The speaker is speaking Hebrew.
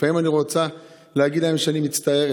לפעמים אני רוצה להגיד להם שאני מצטערת,